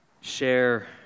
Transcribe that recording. share